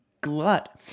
glut